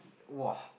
!wah!